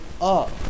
up